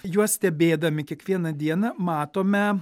juos stebėdami kiekvieną dieną matome